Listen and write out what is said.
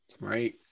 Right